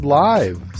live